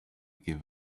give